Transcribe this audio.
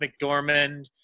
McDormand